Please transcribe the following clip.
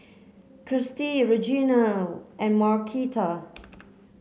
Kirstie Reginal and Marquita